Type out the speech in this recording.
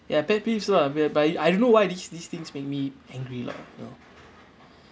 ya pet peeves lah whereby I don't know why these these things make me angry lah you know